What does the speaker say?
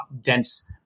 dense